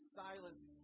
silence